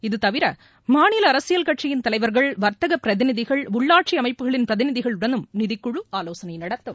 இதுதவிர மாநில அரசியல் கட்சியின் தலைவர்கள் வர்த்தகப் பிரதிநிதிகள் உள்ளாட்சி அமைப்புகளின் பிரதிநிதிகளுடனும் நிதிக்குழு ஆலோசனை நடத்தும்